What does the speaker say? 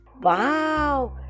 Wow